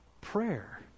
prayer